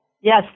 Yes